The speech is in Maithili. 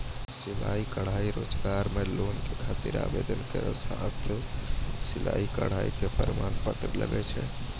सिलाई कढ़ाई रोजगार के लोन के खातिर आवेदन केरो साथ सिलाई कढ़ाई के प्रमाण पत्र लागै छै?